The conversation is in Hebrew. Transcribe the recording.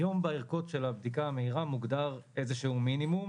היום בערכות של הבדיקה המהירה מוגדר איזה שהוא מינימום,